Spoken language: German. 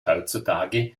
heutzutage